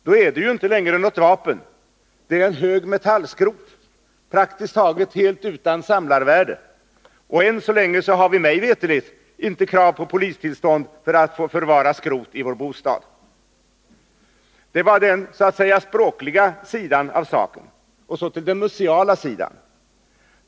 Då är det ju inte längre något vapen utan en hög metallskrot, praktiskt taget helt utan samlarvärde. Än så länge har vi mig veterligt inte krav på polistillstånd för att förvara skrot i vår bostad. Det var den så att säga språkliga sidan av saken. Och så till den museala sidan.